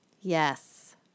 Yes